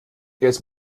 jetzt